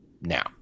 now